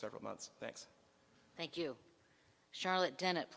several months thanks thank you charlotte dennett